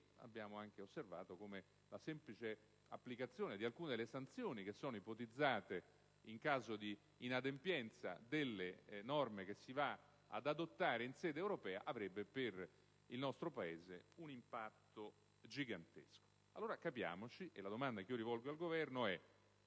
Abbiamo anche osservato come la semplice applicazione di alcune delle sanzioni ipotizzate in caso di inadempienza delle norme che ci accingiamo ad adottare in sede europea avrebbe per il nostro Paese un impatto gigantesco. Ed allora, dovremmo spiegarci meglio, e la domanda che io rivolgo al Governo é